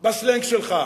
בסלנג שלך?